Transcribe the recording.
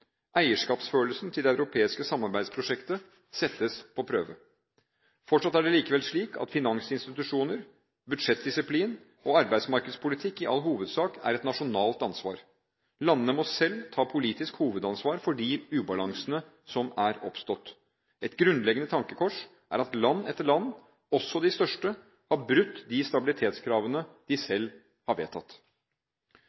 Eierskapsfølelsen til det europeiske samarbeidsprosjektet settes på prøve. Fortsatt er det likevel slik at finansinstitusjoner, budsjettdisiplin og arbeidsmarkedspolitikk i all hovedsak er et nasjonalt ansvar. Landene må selv ta politisk hovedansvar for de ubalansene som er oppstått. Et grunnleggende tankekors er at land etter land – også de største – har brutt de stabilitetskravene de